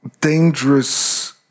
dangerous